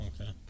okay